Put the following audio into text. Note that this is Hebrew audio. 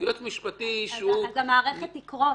יועץ משפטי שהוא --- אז המערכת תקרוס.